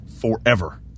forever